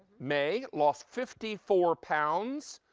mei lost fifty four pounds.